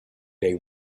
they